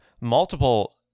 multiple